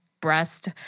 breast